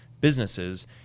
businesses